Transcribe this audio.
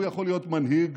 הוא יכול להיות מנהיג